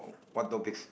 what topics